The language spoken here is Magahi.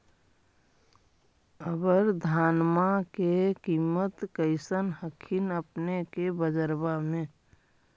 अबर धानमा के किमत्बा कैसन हखिन अपने के बजरबा में?